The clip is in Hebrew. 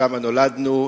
שם נולדנו,